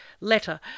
Letter